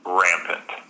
rampant